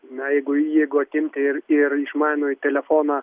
na jeigu jeigu atimti ir ir išmanųjį telefoną